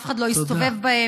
אף אחד לא יסתובב בהם,